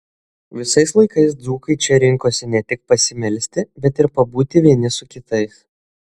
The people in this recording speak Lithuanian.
visais laikais dzūkai čia rinkosi ne tik pasimelsti bet ir pabūti vieni su kitais